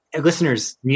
Listeners